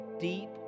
deep